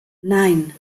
nein